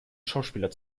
schauspieler